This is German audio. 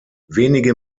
wenige